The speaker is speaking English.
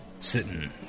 Sitting